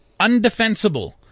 undefensible